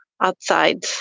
outside